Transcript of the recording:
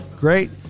Great